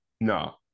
no